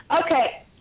Okay